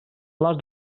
flors